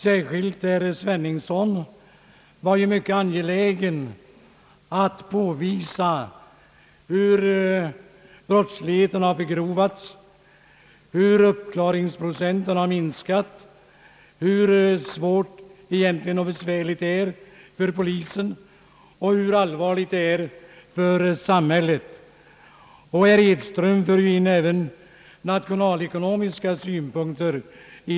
Särskilt herr Sveningsson var ju mycket angelägen att påminna om hur brottsligheten har förgrovats, hur uppklaringsprocenten har minskats, hur svårt och besvärligt det är för polisen och hur allvarligt det är för samhället, och herr Edström för in även nationalekonomi i resonemanget.